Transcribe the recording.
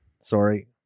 Sorry